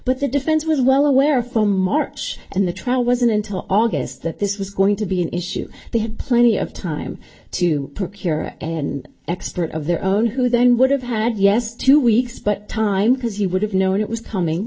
but the defense was well aware from march and the trial wasn't until august that this was going to be an issue they had plenty of time to procure an expert of their own who then would have had yes two weeks but time because he would have known it was coming